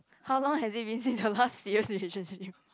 how long has it been since your last serious relationship